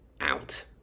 out